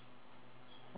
ya you check